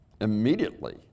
immediately